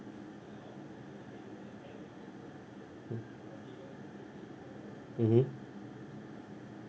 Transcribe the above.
mmhmm